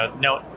no